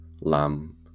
lamb